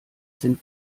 sind